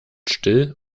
still